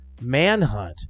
Manhunt